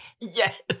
yes